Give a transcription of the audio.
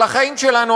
על החיים שלנו,